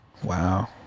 Wow